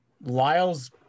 Lyle's